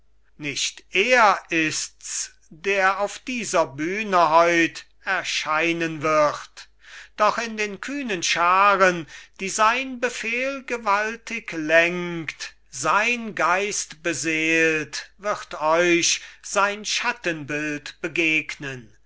nicht er ists der auf dieser bühne heut erscheinen wird doch in den kühnen scharen die sein befehl gewaltig lenkt sein geist beseelt wird euch sein schattenbild begegnen